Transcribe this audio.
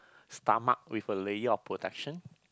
stomach with a layer of protection